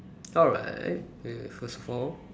alright K first of all